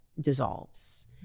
dissolves